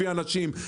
הביא אנשים,